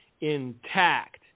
intact